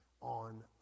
on